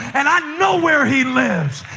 and i know where he lives.